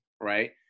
right